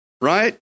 right